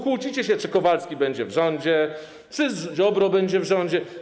Kłócicie się, czy Kowalski będzie w rządzie, czy Ziobro będzie w rządzie.